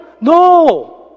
No